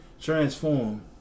Transform